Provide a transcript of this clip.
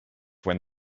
when